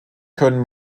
können